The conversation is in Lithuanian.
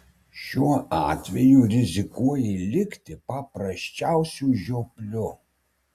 šiuo atveju rizikuoji likti paprasčiausiu žiopliu